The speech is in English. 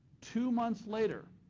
two months later,